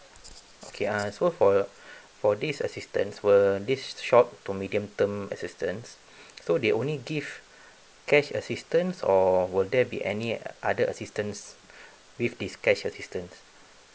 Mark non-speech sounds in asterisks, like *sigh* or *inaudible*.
okay so for your *breath* for this assistance will this short to medium term assistance so they only give cash assistance or will there be any other assistance with this cash assistance